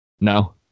no